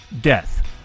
death